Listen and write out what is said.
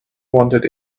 wanted